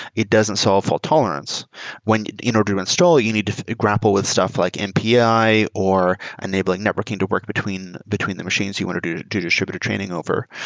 it doesn't solve fault tolerance when. in order to install, you need to grapple with stuff like mpi or enabling networking to work between between the machines you want to do to do distributor training over.